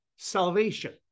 Salvation